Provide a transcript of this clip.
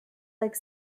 like